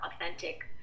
authentic